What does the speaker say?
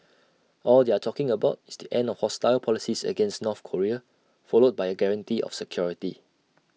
all they are talking about is the end of hostile policies against North Korea followed by A guarantee of security